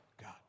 God